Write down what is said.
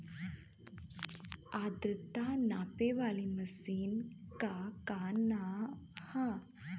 आद्रता नापे वाली मशीन क का नाव बा?